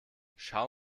schau